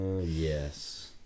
yes